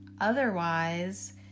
Otherwise